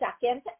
second